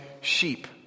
sheep